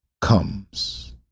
comes